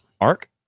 arc